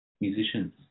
musicians